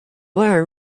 were